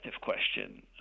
question